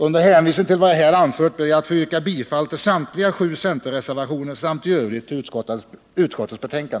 Under hänvisning till vad jag här anfört ber jag att få yrka bifall till samtliga sju centerreservationer samt i Övrigt till utskottets hemställan.